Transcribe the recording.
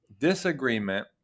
disagreement